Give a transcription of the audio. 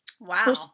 Wow